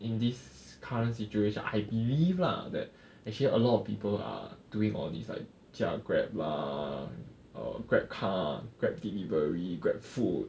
in this current situation I believe lah that actually a lot of people are doing all these like 驾 Grab lah err Grab car Grab delivery great food